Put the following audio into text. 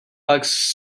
bucks